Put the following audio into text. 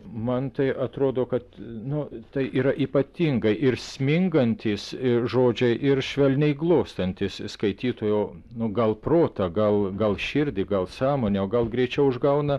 man tai atrodo kad nu tai yra ypatinga ir smingantys ir žodžiai ir švelniai glostantys skaitytojo nu gal protą gal gal širdį gal sąmonę o gal greičiau užgauna